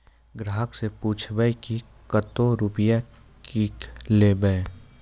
ग्राहक से पूछब की कतो रुपिया किकलेब?